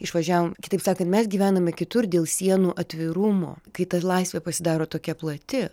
išvažiavom kitaip sakant mes gyvename kitur dėl sienų atvirumo kai ta laisvė pasidaro tokia plati